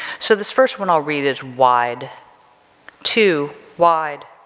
so this first one i'll read is wide too wide,